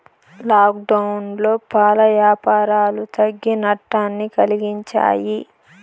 లాక్డౌన్లో పాల యాపారాలు తగ్గి నట్టాన్ని కలిగించాయి